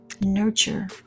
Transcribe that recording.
nurture